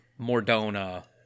Mordona